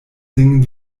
singen